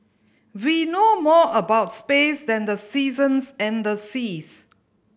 we know more about space than the seasons and the seas